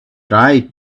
try